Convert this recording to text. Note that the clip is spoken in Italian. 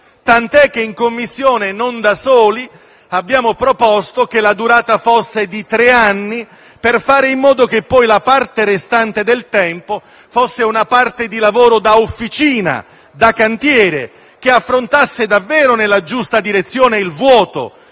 l'esame in Commissione, non da soli, abbiamo proposto che la sua durata fosse di tre anni, per fare in modo che la parte restante del tempo fosse dedicata ad un lavoro da officina e da cantiere, che affrontasse davvero nella giusta direzione il vuoto,